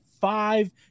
Five